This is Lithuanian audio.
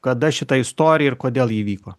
kada šita istorija ir kodėl ji įvyko